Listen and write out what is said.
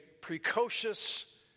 precocious